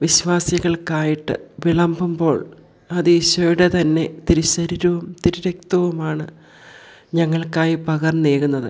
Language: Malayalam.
വിശ്വാസികൾക്കായിട്ട് വിളമ്പുമ്പോൾ അത് ഈശോയുടെ തന്നെ തിരുസ്വരൂപവും തിരുരക്തവുമാണ് ഞങ്ങൾക്കായി പകർന്നേകുന്നത്